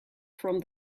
from